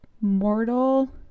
mortal